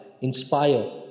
inspire